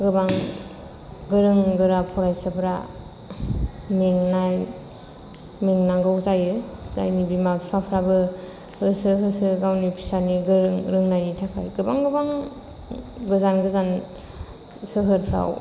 गोबां गोरों गोरा फरायसाफोरा मेंनाय मेंनांगौ जायो जायनि बिमा बिफाफ्राबो होसो होसो गावनि फिसानि गोरों रोंनायनि थाखाय गोबां गोबां गोजान गोजान सोहोरफ्राव